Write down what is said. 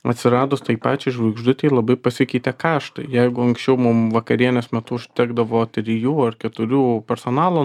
atsiradus tai pačiai žvaigždutei labai pasikeitė kaštai jeigu anksčiau mum vakarienės metu užtekdavo trijų ar keturių personalo